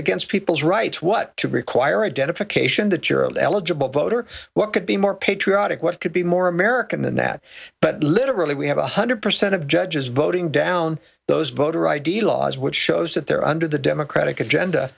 against people's rights what to require identification that you're eligible voter what could be more patriotic what could be more american than that but literally we have one hundred percent of judges voting down those voter id laws which shows that they're under the democratic agenda